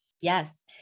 Yes